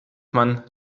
man